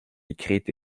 écrite